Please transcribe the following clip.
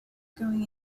going